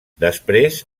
després